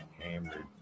hammered